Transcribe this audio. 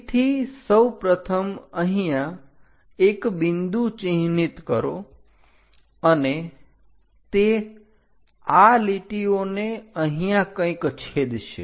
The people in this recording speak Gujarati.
P થી સૌપ્રથમ અહીંયા એક બિંદુ ચિહ્નિત કરો અને તે આ લીટીઓને અહીંયા કંઈક છેદશે